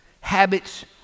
habits